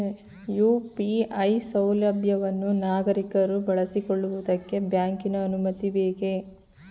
UPI ಸೌಲಭ್ಯವನ್ನು ನಾಗರಿಕರು ಬಳಸಿಕೊಳ್ಳುವುದಕ್ಕೆ ಬ್ಯಾಂಕಿನ ಅನುಮತಿ ಬೇಕೇ?